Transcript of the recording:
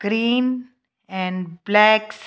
green and blacks